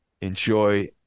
enjoy